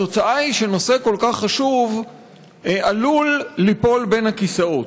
התוצאה היא שנושא כל כך חשוב עלול ליפול בין הכיסאות.